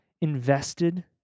invested